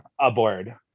aboard